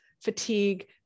fatigue